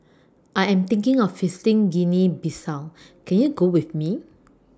I Am thinking of visiting Guinea Bissau Can YOU Go with Me